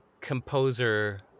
composer